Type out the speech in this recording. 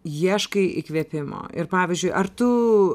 ieškai įkvėpimo ir pavyzdžiui ar tu